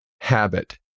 habit